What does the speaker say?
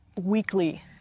weekly